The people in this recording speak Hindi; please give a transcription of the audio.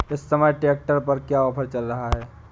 इस समय ट्रैक्टर पर क्या ऑफर चल रहा है?